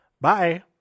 Bye